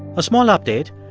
a small update.